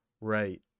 Right